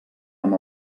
amb